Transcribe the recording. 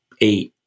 eight